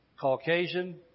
Caucasian